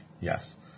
Yes